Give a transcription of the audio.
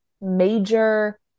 major